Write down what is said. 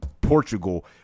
Portugal